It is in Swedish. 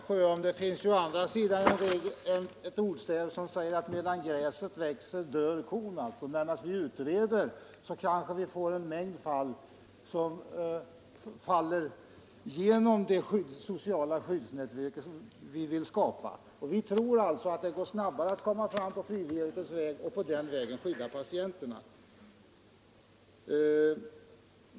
Fru talman! Det finns ju å andra sidan, herr Sjöholm, ett ordstäv som säger att medan gräset växer dör kon. Medan vi utreder kanske vi får en mängd fall som faller igenom det sociala skyddsnät vi vill skapa. Vi tror att det går snabbare att komma fram på frivillighetens väg och på det sättet skydda patienterna.